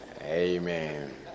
Amen